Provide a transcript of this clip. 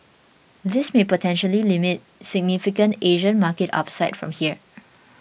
this may potentially limit significant Asian market upside from here